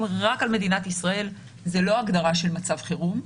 רק על מדינת ישראל זו לא הגדרה של מצב חירום,